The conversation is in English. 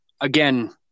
Again